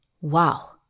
Wow